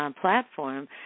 platform